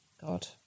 god